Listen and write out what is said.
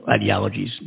ideologies